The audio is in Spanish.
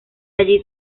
allí